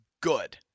good